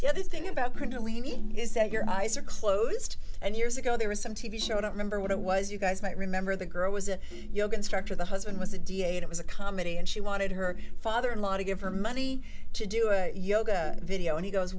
other thing about parentally me is that your eyes are closed and years ago there was some t v show i don't remember what it was you guys might remember the girl was a yoga instructor the husband was a da it was a comedy and she wanted her father in law to give her money to do it yoga video and he goes